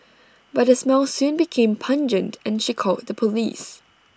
but the smell soon became pungent and she called the Police